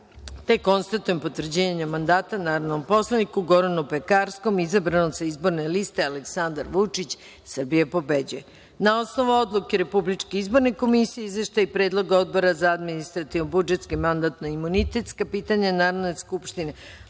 te konstatujem potvrđivanje mandata narodnom poslaniku Goranu Pekarskom izabranog sa izborne liste Aleksandar Vučić – Srbija pobeđuje. Na osnovu odluke RIK i izveštaja i predloga Odbora za administrativno-budžetska i mandatno-imunitetska pitanja Narodne skupštine,